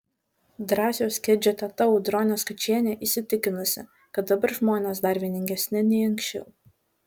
drąsiaus kedžio teta audronė skučienė įsitikinusi kad dabar žmonės dar vieningesni nei anksčiau